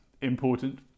important